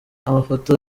amafoto